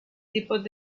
tipos